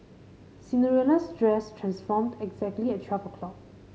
Cinderella's dress transformed exactly at twelve o' clock